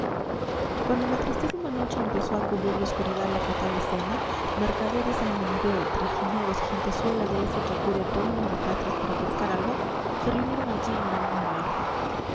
cuando la tristísima noche empezó a cubrir de oscuridad la fatal escena mercaderes al menudeo trajineros y gentezuela de esa que acude a todos los desastres para pescar algo se reunieron allí en gran número